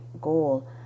goal